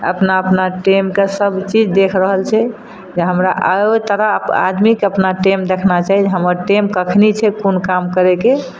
अपना अपना टाइमके सब चीज देख रहल छै जे हमरा ओइ तरह आदमीके अपना टाइम देखना चाही हमर टाइम कखनी छै कोन काम करयके